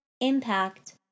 impact